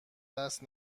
دست